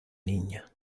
niña